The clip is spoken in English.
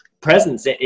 presence